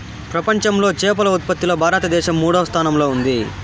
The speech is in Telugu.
ప్రపంచంలో చేపల ఉత్పత్తిలో భారతదేశం మూడవ స్థానంలో ఉంది